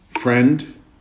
Friend